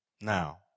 now